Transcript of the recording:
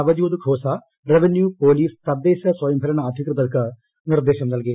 Navjot Khosa revenue police തദ്ദേശ സ്വയംഭരണ അധികൃതർക്കു നിർദേശം നൽകി